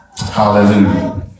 Hallelujah